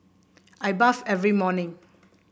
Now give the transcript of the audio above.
I bath every morning